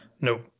nope